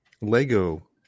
Lego